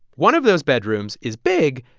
one of those bedrooms is big,